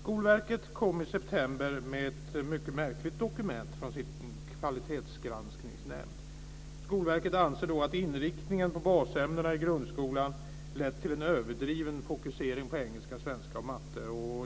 Skolverket kom i september med ett mycket märkligt dokument från sin kvalitetsgranskningsnämnd. Skolverket anser att inriktningen på basämnena i grundskolan lett till en överdriven fokusering på engelska, svenska och matte.